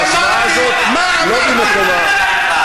ההשוואה הזאת לא במקומה.